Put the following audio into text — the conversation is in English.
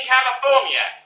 California